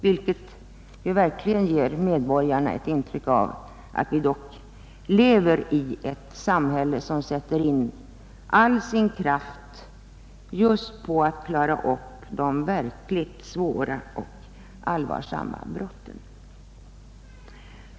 Detta ger verkligen medborgarna ett intryck av att vi dock lever i ett samhälle, som sätter in all sin kraft just på att klara upp de verkligt svåra och allvarliga brotten.